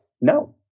no